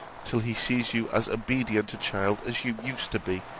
till he sees you as obedient a child as you used to be.